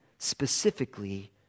specifically